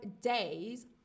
days